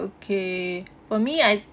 okay for me I